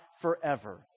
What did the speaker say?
forever